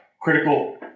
critical